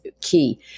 key